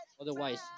Otherwise